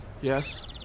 Yes